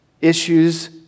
issues